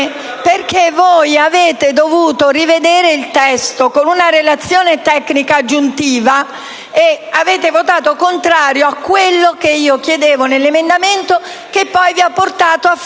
perché voi avete dovuto rivedere il testo con una relazione tecnica aggiuntiva e avete votato contro a quanto io chiedevo nell'emendamento e che poi vi ha portato a